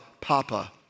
Papa